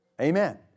Amen